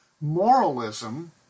Moralism